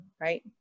right